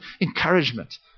encouragement